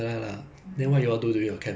it's all those normal game lor